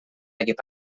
equip